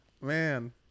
Man